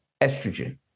estrogen